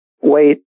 wait